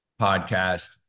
podcast